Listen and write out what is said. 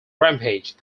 rampage